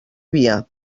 via